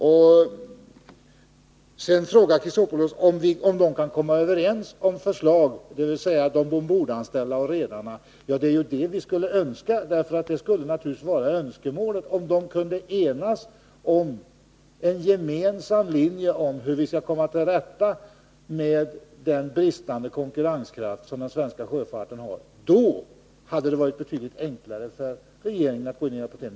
Vidare frågar Alexander Chrisopoulos om de ombordanställda och redarna kan komma överens om något förslag. Ja, vi skulle naturligtvis önska att parterna kunde enas om en gemensam handlingslinje, så att vi kunde komma till rätta med den bristande konkurrenskraft som den svenska sjöfarten har. I så fall hade det varit betydligt enklare för regeringen att gå in och hjälpa till.